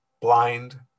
Blind